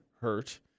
hurt